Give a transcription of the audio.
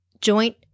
joint